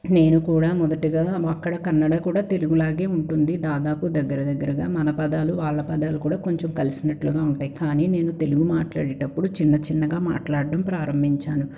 నేను కూడా మొదటగా అక్కడ కన్నడ కూడా తెలుగులాగే ఉంటుంది దాదాపు దగ్గరదగ్గరగా మన పదాలు వాళ్ళ పదాలు కూడా కొంచెం కలిసినట్లుగా ఉంటాయి కానీ నేను తెలుగు మాట్లాడేటప్పుడు చిన్న చిన్నగా మాట్లాడడం ప్రారంభించాను